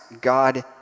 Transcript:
God